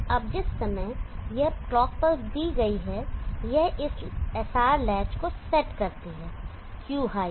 अब जिस समय यह क्लॉक पल्स दी गई है यह इस SR लैच को सेट करता है Q हाई है